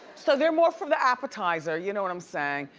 so they're more from the appetizer, you know what i'm sayin'?